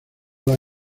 las